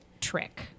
trick